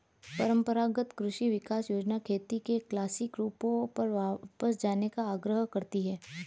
परम्परागत कृषि विकास योजना खेती के क्लासिक रूपों पर वापस जाने का आग्रह करती है